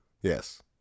Yes